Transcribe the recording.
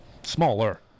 Smaller